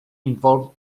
involve